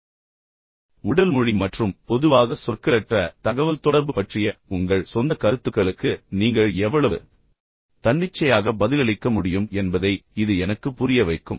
எனவே உடல் மொழி மற்றும் பொதுவாக சொற்களற்ற தகவல்தொடர்பு பற்றிய உங்கள் சொந்த கருத்துக்களுக்கு நீங்கள் எவ்வளவு தன்னிச்சையாக பதிலளிக்க முடியும் என்பதை இது எனக்கு புரிய வைக்கும்